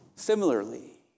Similarly